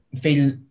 feel